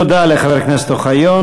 תודה לחבר הכנסת אוחיון.